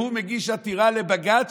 שהוא מגיש עתירה לבג"ץ,